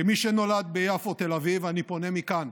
כמי שנולד ביפו-תל אביב, אני פונה מכאן,